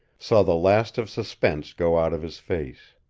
saw the last of suspense go out of his face.